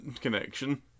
connection